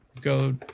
go